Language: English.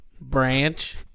Branch